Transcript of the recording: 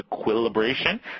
equilibration